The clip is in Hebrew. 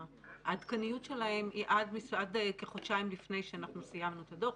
שהעדכניות שלהם היא עד כחודשיים לפני שאנחנו סיימנו את הדוח.